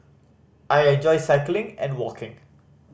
I enjoy cycling and walking